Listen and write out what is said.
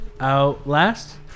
Outlast